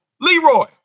Leroy